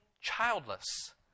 childless